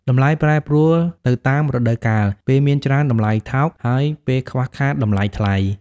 តម្លៃប្រែប្រួលទៅតាមរដូវកាល ពេលមានច្រើនតម្លៃថោក ហើយពេលខ្វះខាតតម្លៃថ្លៃ។